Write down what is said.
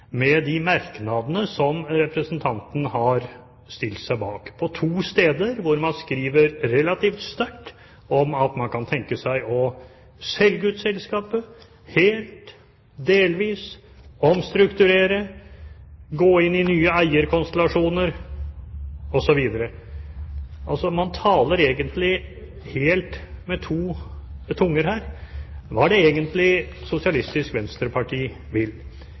med de merknadene som representanten har stilt seg bak. På to steder skriver man relativt sterkt om at man kan tenke seg å selge ut selskapet helt eller delvis, omstrukturere, gå inn i nye eierkonstellasjoner, osv. Man taler egentlig med to tunger her. Hva er det egentlig Sosialistisk Venstreparti vil?